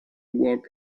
work